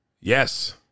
Yes